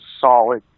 solid